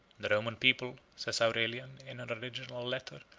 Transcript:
the roman people, says aurelian, in an original letter,